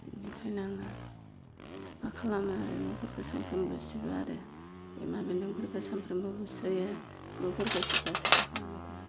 बेनिखायनो आङो साफा खालामो आरो न'फोरखो सानफ्रोमबो सिबो आरो बेमा बेन्दोंफोरखो सानफ्रोमबो बुस्रियो न'फोरखो सिबफा सिबफा खालामबाय थायो